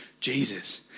Jesus